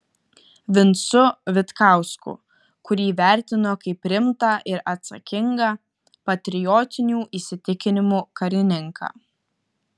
vincu vitkausku kurį vertino kaip rimtą ir atsakingą patriotinių įsitikinimų karininką